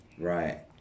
Right